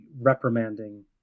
Reprimanding